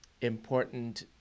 important